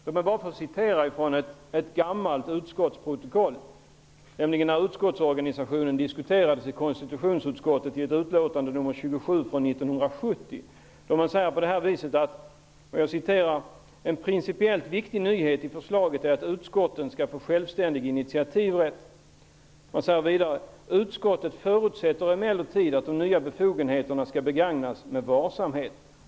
Jag vill citera ur ett gammalt utskottsprotokoll från konstitutionsutskottets diskussion om utskottsorganisationen, utlåtande 27 från 1970: ''En principiellt viktig nyhet i förslaget är att utskotten skall få självständig initiativrätt. -- Utskottet förutsätter emellertid att de nya befogenheterna skall begagnas med varsamhet.''